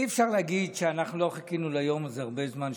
אי-אפשר להגיד שאנחנו לא חיכינו ליום הזה הרבה זמן,